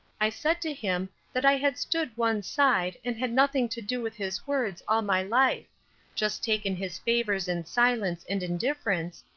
i said to him that i had stood one side, and had nothing to do with his words all my life just taken his favors in silence and indifference,